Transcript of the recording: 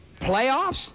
Playoffs